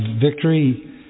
victory